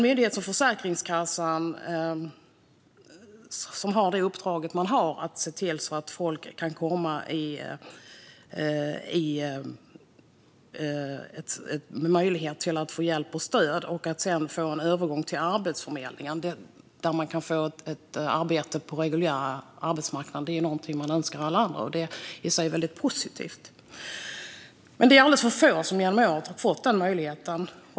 Myndigheten Försäkringskassan har i uppdrag att se till att folk kan få hjälp och stöd och sedan en övergång till Arbetsförmedlingen, där de kan få ett arbete på den reguljära arbetsmarknaden. Det är någonting man önskar alla andra, och det är i sig väldigt positivt. Men det är alldeles för få som genom åren har fått denna möjlighet.